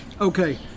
Okay